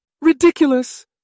Ridiculous